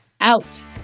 out